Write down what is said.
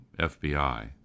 FBI